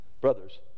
brothers